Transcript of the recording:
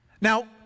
Now